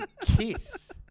Kiss